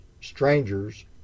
strangers